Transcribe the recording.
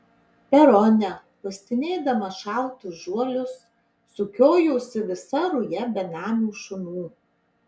perone uostinėdama šaltus žuolius sukiojosi visa ruja benamių šunų